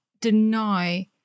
deny